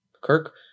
Kirk